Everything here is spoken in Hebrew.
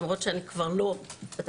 למרות שאני כבר לא בתפקיד.